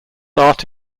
art